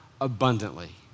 abundantly